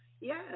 Yes